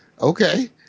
okay